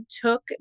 took